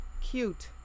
Cute